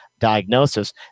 diagnosis